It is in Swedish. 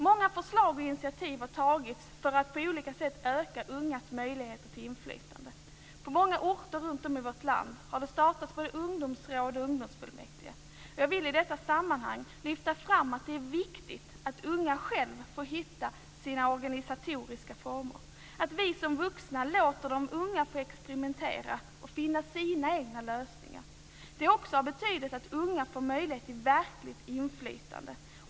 Många förslag har väckts och initiativ har tagits för att på olika sätt öka ungas möjlighet till inflytande. På många orter runt om i vårt land har det startats både ungdomsråd och ungdomsfullmäktige. Jag vill i detta sammanhang lyfta fram att det är viktigt att unga själva får hitta sina organisatoriska former, att vi som vuxna låter de unga få experimentera och finna sina lösningar. Det är också av betydelse att unga får möjlighet till verkligt inflytande.